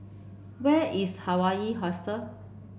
where is Hawaii Hostel